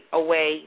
away